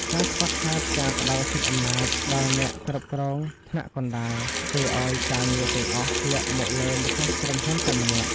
ការខ្វះខាតការផ្ដល់សិទ្ធិអំណាច ដល់អ្នកគ្រប់គ្រងថ្នាក់កណ្ដាល ធ្វើឱ្យការងារទាំងអស់ធ្លាក់មកលើម្ចាស់ក្រុមហ៊ុនតែម្នាក់។